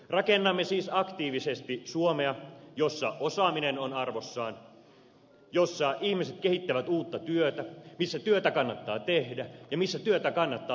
rakennamme siis aktiivisesti suomea jossa osaaminen on arvossaan jossa ihmiset kehittävät uutta työtä jossa työtä kannattaa tehdä ja jossa työtä kannattaa teetättää